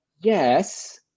Yes